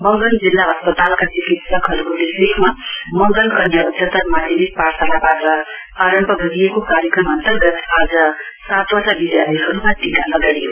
मंगन जिल्ला अस्पतालका चिकित्सकहरूको देखरेखमा मंगन कन्या उच्चतर माध्यमिक पाठसालाबाट आरम्भ गरिएको कार्यक्रम्र अन्तर्गत आज सातवटा विद्यालयहरूमा टीका लगाइयो